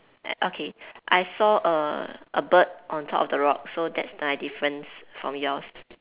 uh okay I saw a a bird on top of the rock so that's my difference from yours